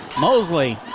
Mosley